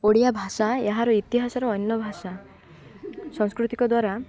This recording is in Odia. ଓଡ଼ିଆ ଭାଷା ଏହାର ଇତିହାସର ଅନ୍ୟ ଭାଷା ସଂସ୍କୃତିକ ଦ୍ୱାରା